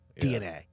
DNA